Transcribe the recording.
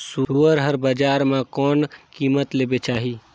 सुअर हर बजार मां कोन कीमत ले बेचाही?